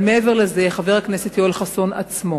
אבל מעבר לזה, חבר הכנסת יואל חסון עצמו